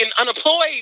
unemployed